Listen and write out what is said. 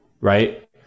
right